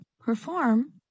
Perform